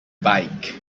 bike